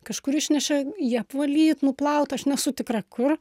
kažkur išnešė jį apvalyt nuplaut aš nesu tikra kur